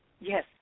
Yes